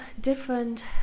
different